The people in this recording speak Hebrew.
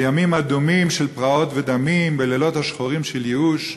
"בימים אדומים של פרעות ודמים,/ בלילות השחורים של ייאוש",